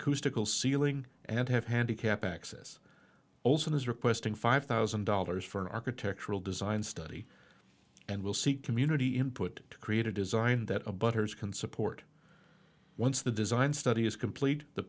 ceiling and have handicap access olsen is requesting five thousand dollars for an architectural design study and will seek community input to create a design that a butter's can support once the design study is complete the